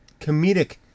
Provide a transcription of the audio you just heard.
comedic